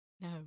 no